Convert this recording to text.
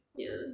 ya